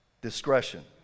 discretion